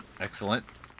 Excellent